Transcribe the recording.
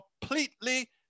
Completely